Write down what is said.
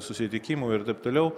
susitikimų ir taip toliau